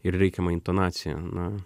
ir reikiama intonacija na